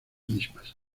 mismas